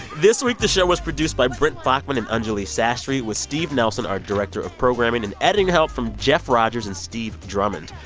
this week, the show was produced by brent baughman and anjuli sastry with steve nelson, our director of programming, and editing help from jeff rogers and steve drummond.